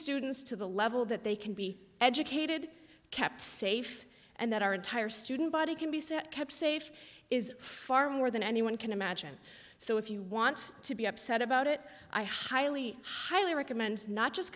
students to the level that they can be educated kept safe and that our entire student body can be set kept safe is far more than anyone can imagine so if you want to be upset about it i highly highly recommend not just